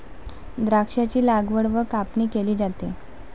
द्राक्षांची लागवड व कापणी केली जाते